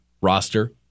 roster